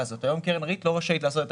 הזאת - דבר שהיום היא לא יכולה לעשות.